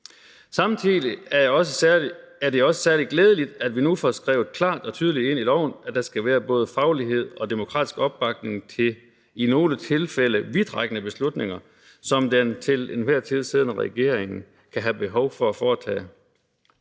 Samtidig er det også særlig glædeligt, at vi nu får skrevet klart og tydeligt ind i loven, at der skal være både faglighed og demokratisk opbakning til i nogle tilfælde vidtrækkende beslutninger, som den til enhver tid siddende regering kan have behov for at træffe.